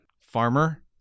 Farmer